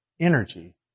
energy